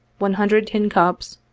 one hundred tin cups,